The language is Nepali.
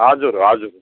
हजुर हजुर